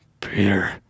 Peter